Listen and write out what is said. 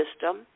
system